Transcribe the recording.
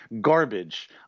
garbage